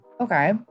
Okay